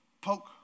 Poke